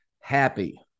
happy